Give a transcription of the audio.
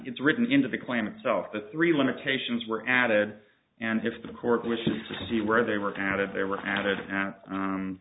it's written into the claim itself the three limitations were added and if the court wishes to see where they were added there were added